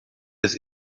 des